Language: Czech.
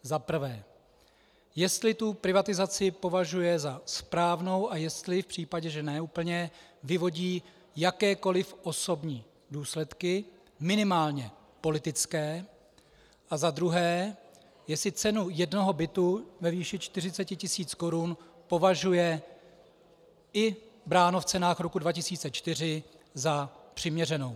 Za prvé, jestli tu privatizaci považuje za správnou, a v případě, že ne úplně, vyvodí jakékoliv osobní důsledky, minimálně politické, a za druhé, jestli cenu jednoho bytu ve výši 40 tis. korun považuje, i bráno v cenách roku 2004, za přiměřenou.